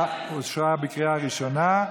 ההצעה אושרה בקריאה ראשונה.